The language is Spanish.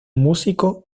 músico